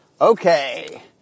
Okay